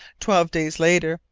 twelve days later,